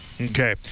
Okay